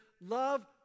love